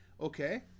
okay